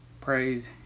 praise